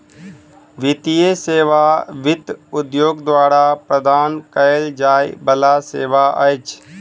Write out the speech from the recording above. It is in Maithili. वित्तीय सेवा वित्त उद्योग द्वारा प्रदान कयल जाय बला सेवा अछि